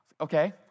Okay